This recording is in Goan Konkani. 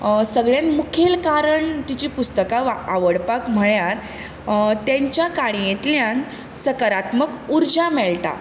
सगळ्यान मुखेल कारण तिचीं पुस्तकां वा आवडपाक म्हळ्यार तेंच्या काणयेंतल्यान सकारात्मक उर्जा मेळटा